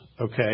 okay